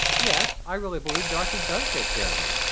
yes, i really believe darcy does take care of him.